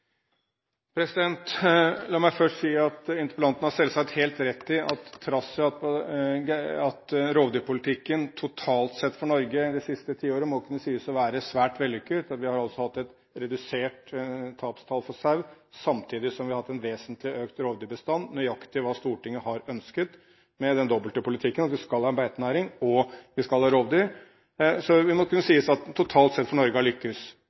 at han selvsagt har helt rett, til tross for at rovdyrpolitikken det siste tiåret totalt sett må kunne sies å være svært vellykket for Norge – vi har hatt et redusert tapstall for sau samtidig som vi har hatt en vesentlig økt rovdyrbestand, nøyaktig hva Stortinget har ønsket med den dobbelte politikken, at vi skal ha beitenæring, og vi skal ha rovdyr, så det må kunne sies at totalt sett har Norge